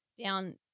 down